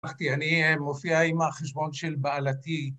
אני מופיע עם החשבון של בעלתי